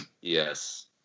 Yes